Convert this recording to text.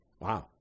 Wow